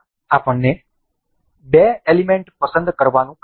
આ આપણને બે એલિમેન્ટ પસંદ કરવાનું કહે છે